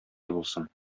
булсын